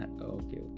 okay